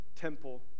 temple